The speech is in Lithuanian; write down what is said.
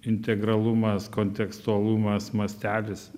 integralumas kontekstualumas mastelis